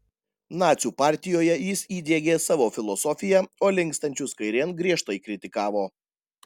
nacių partijoje jis įdiegė savo filosofiją o linkstančius kairėn griežtai kritikavo